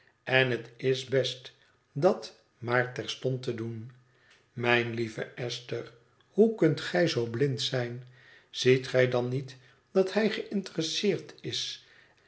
en het is best dat maar terstond te doen mijne lieve esther hoe kunt gij zoo blind zijn ziet gij dan niet dat hij geïnteresseerd is